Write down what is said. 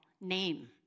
name